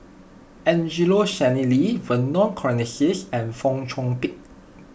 Angelo Sanelli Vernon Cornelius and Fong Chong Pik